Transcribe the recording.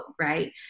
right